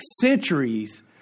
centuries